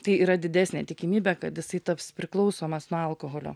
tai yra didesnė tikimybė kad jisai taps priklausomas nuo alkoholio